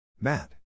Matt